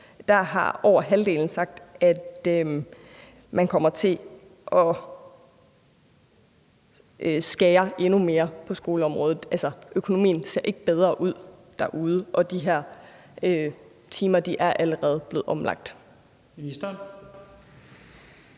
har over halvdelen sagt, at man kommer til at skære endnu mere på skoleområdet. Altså, økonomien ser ikke bedre ud derude, og de her timer er allerede blevet omlagt.